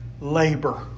labor